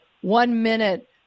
one-minute